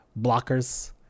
Blockers